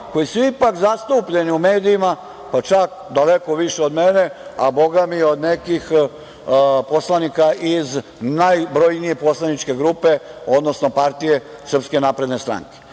koji su ipak zastupljeni u medijima pa čak daleko više od mene, a bogami i od nekih poslanika iz najbrojnije poslaničke grupe, odnosno partije SNS. Zamislite sada